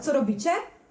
Co robicie?